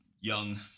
young